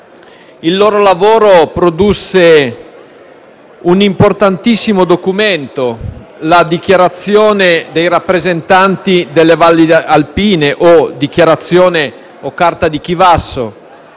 Il loro lavoro produsse un importantissimo documento, la Dichiarazione dei rappresentanti delle valli alpine (o Dichiarazione o Carta di Chivasso),